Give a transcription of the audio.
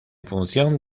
función